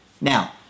Now